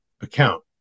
account